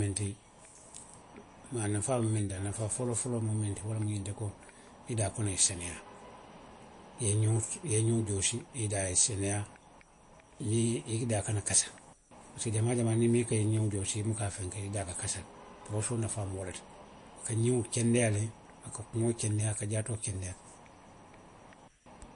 A nafaa mu miŋ ti, a nafaa foloo foloo mu miŋ ti wo le mu ňinti ko, i daa kono ye seneyaa, i ye i, i ye i ňiŋo joosi i daa ye seneyaa, niŋ i daa kana kasa, pisiko jamaa jamaa niŋ i muka i ňiŋo joosi i muka a fenke i daa ka kasa le. Borosoo nafaa mu wo le ti. A ka ňiŋo kendeyaa le, a ka kuŋo kendeyaa, a ka jaatoo kendeyaa.